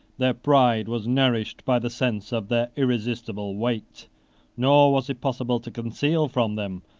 their pride was nourished by the sense of their irresistible weight nor was it possible to conceal from them,